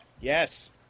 Yes